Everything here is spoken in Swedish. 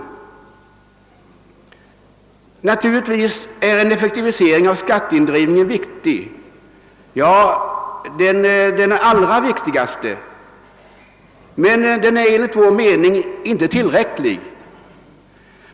Ja, naturligtvis är en effektivisering av skatteindrivningen viktig — det är den allra viktigaste åtgärden — men enligt vår mening är den inte tillräcklig.